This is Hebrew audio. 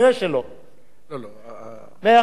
כל ההצעות שלי קיבלו תמיכה,